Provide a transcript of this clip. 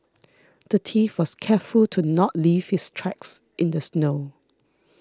the thief was careful to not leave his tracks in the snow